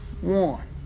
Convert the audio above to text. one